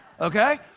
Okay